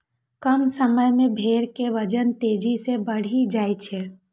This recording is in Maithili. कम समय मे भेड़ के वजन तेजी सं बढ़ि जाइ छै